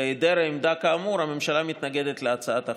בהיעדר עמדה כאמור, הממשלה מתנגדת להצעת החוק.